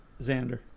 Xander